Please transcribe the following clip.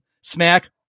smack